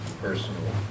personal